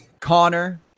Connor